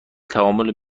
تعامل